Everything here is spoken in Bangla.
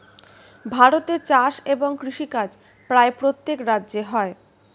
ভারতে চাষ এবং কৃষিকাজ প্রায় প্রত্যেক রাজ্যে হয়